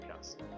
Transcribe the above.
podcast